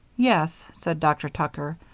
yes, said dr. tucker,